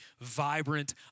vibrant